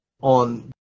on